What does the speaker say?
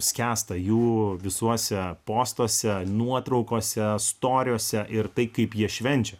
skęsta jų visuose postuose nuotraukoseir tai kaip jie švenčia